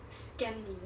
scan 妳